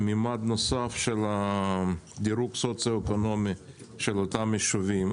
מימד נוסף של דירוג סוציו-אקונומי של אותם יישובים.